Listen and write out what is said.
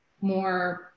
more